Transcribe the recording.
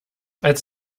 als